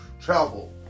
travel